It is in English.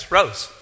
Rose